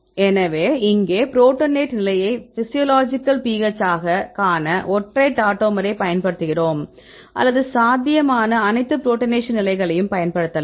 எனவே இங்கே புரோட்டனேட்டட் நிலையை பிசியோலாஜிக்கல் pH ஆகக் காண ஒற்றை டாடோமரைப் பயன்படுத்துகிறோம் அல்லது சாத்தியமான அனைத்து புரோட்டானேஷன் நிலைகளையும் பயன்படுத்தலாம்